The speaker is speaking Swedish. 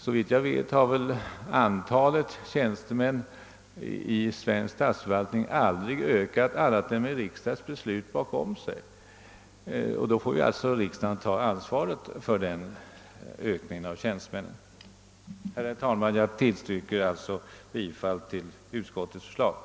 Såvitt jag vet har antalet tjänstemän i den svenska statsförvaltningen aldrig ökat i antal annat än då det har funnits ett riksdagens beslut bakom, och då får ju riksdagen ta ansvaret för den ökningen. Herr talman! Jag yrkar bifall till utskottets hemställan.